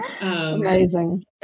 Amazing